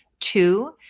Two